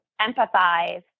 empathize